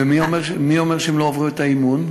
ומי אומר שהם לא עברו את האימון?